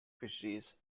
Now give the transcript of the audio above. fisheries